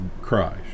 Christ